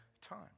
time